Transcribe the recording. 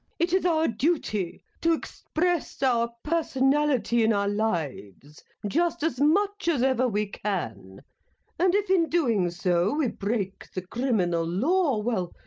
it is our duty to express our personality in our lives just as much as ever we can and if in doing so we break the criminal law, well,